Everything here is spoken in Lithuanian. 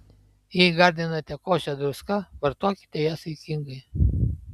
jei gardinate košę druska vartokite ją saikingai